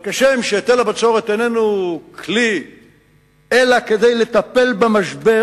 אבל כשם שהיטל הבצורת איננו כלי אלא כדי לטפל במשבר,